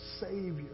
Savior